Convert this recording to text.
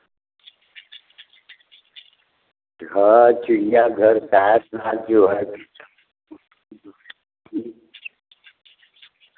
हाँ चिड़िया घर जो है